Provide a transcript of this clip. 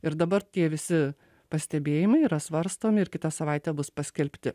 ir dabar tie visi pastebėjimai yra svarstomi ir kitą savaitę bus paskelbti